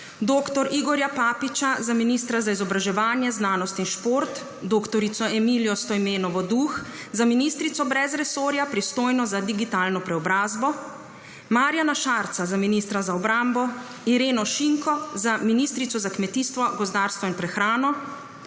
dr. Igorja Papiča za ministra za izobraževanje, znanost in šport, dr. Emilijo Stojmenovo Duh za ministrico brez resorja, pristojno za digitalno preobrazbo, Marjana Šarca za ministra za obrambo, Ireno Šinko za ministrico za kmetijstvo, gozdarstvo in prehrano,